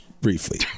briefly